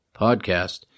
Podcast